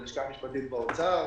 בלשכה המשפטית באוצר.